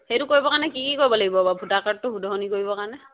সেইটো কৰিবৰ কাৰণে কি কৰিব লাগিব বাৰু ভোটাৰ কাৰ্ডটো শুধৰণি কৰিবৰ কাৰণে